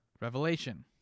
Revelation